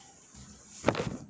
!huh!